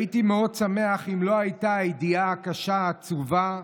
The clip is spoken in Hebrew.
הייתי מאוד שמח אם לא הייתה הידיעה הקשה, העצובה,